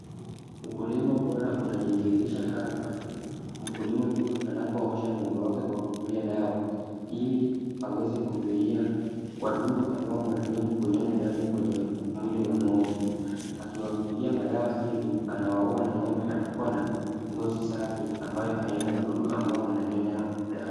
Ukulima bora unajidhihirisha hapa, mkulima huyu anapoosha ng'ombe wake kwa kutumia dawa ili aweze kuzuia wadudu ambao mara mingi hunyonya damu kwenye mwili wa ng'ombe. Akiwapigia madawa hivi, anawaua na ng'ombe anakuwa na ngozi safi ambayo haina wadudu ambao wananyonya damu.